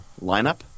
lineup